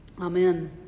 Amen